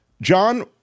John